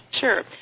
Sure